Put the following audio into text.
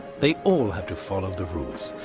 they all have to follow the rules,